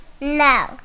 No